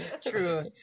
True